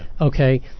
okay